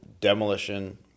demolition